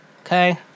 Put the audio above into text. Okay